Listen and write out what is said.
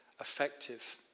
effective